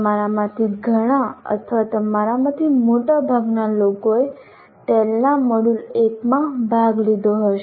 તમારામાંથી ઘણા અથવા તમારામાંથી મોટાભાગના લોકોએ ટેલના મોડ્યુલ1 માં ભાગ લીધો હશે